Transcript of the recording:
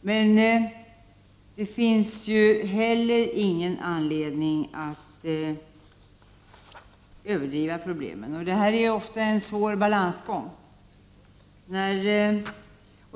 Men det finns heller ingen anledning att överdriva problemen. Detta är ofta en svår balansgång.